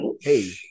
hey